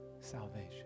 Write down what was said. salvation